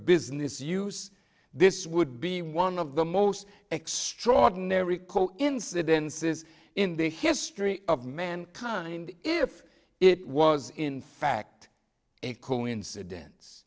business use this would be one of the most extraordinary call incidences in the history of mankind if it was in fact a coincidence